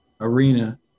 Arena